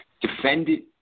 defended